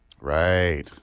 Right